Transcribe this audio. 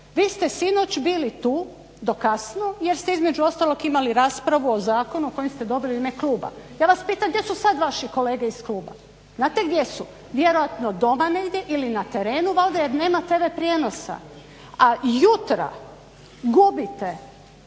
vi ste sinoć bili tu do kasno jer ste između ostalog imali raspravu o zakonu o kojem ste dobili u ime kluba. Ja vas pitam gdje su sad vaši kolege iz kluba? Znate gdje su? Vjerojatno doma negdje ili na terenu valjda jer nema tv prijenosa. A jutra gubite